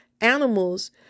animals